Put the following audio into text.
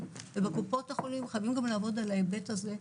ובקופות החולים חייבים לעבוד על ההיבט הזה,